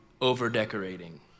over-decorating